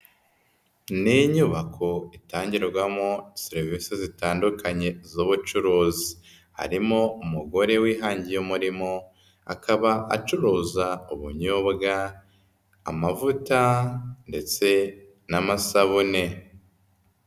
Ni inyubako itangirwamo serivisi zitandukanye z'ubucuruzi, harimo umugore wihangiye umurimo akaba acuruza ubunyobwa, amavuta ndetse n'amasabune.